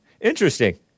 Interesting